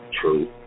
True